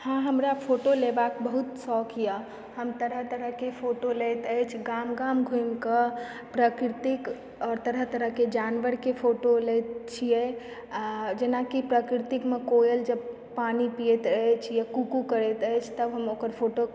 हँ हमरा फोटो लेबाक बहुत शौकए हम तरह तरहके फोटो लैत अछि गाम गाम घुमिकऽ प्रकृतिक आओर तरह तरहके जानवरके फोटो लैत छियै आ जेनाकि प्रकृतिकमऽ कोयल जब पानी पियैत अछि या कुकू करैत अछि तभ हम ओकर फोटो